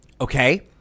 Okay